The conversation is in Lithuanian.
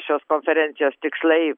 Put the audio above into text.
šios konferencijos tikslai